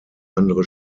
andere